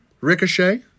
Ricochet